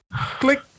Click